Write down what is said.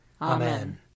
Amen